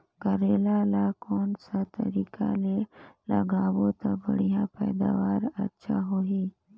करेला ला कोन सा तरीका ले लगाबो ता बढ़िया पैदावार अच्छा होही?